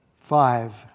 five